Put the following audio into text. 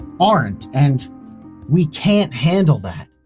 aren't. and we can't handle that.